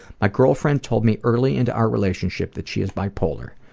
my girlfriend told me early into our relationship that she is bi-polar.